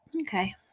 Okay